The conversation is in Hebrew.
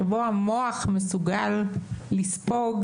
שבה המוח והגוף מסוגלים לספוג